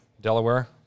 Delaware